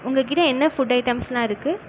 உங்கக்கிட்ட என்ன ஃபுட் ஐட்டம்ஸ்லாம் இருக்குது